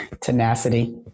Tenacity